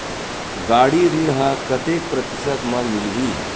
गाड़ी ऋण ह कतेक प्रतिशत म मिलही?